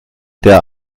der